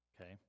okay